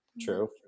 True